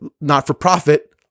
not-for-profit